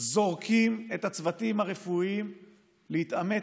זורקים את הצוותים הרפואיים להתעמת